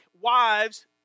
wives